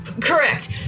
Correct